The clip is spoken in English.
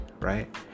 right